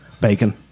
Bacon